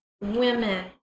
women